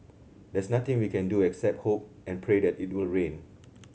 there's nothing we can do except hope and pray that it will rain